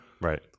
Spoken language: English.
right